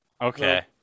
okay